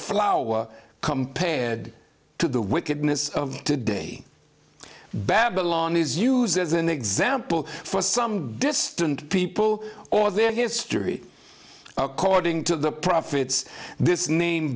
flower compared to the wickedness of today babylon is used as an example for some distant people or their history according to the prophets this name